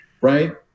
right